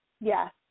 Yes